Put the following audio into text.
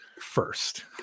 first